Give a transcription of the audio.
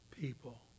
people